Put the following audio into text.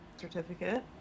certificate